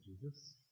Jesus